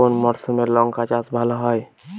কোন মরশুমে লঙ্কা চাষ ভালো হয়?